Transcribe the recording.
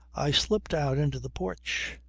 i slipped out into the porch.